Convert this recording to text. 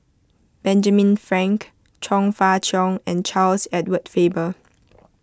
Benjamin Frank Chong Fah Cheong and Charles Edward Faber